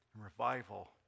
revival